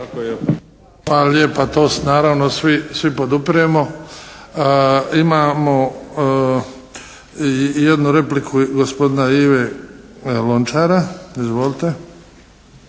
lijepa. To naravno svi podupiremo. Imamo i jednu repliku gospodina Ive Lončara. Izvolite.